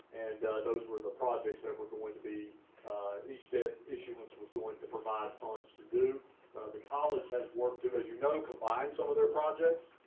those were the projects that were going to be each debt issuance was going to provide funds to do the college has worked as you know, combined some of their projects.